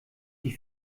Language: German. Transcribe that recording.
die